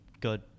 good